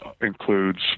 includes